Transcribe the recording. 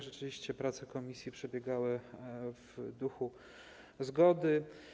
Rzeczywiście prace komisji przebiegały w duchu zgody.